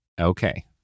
Okay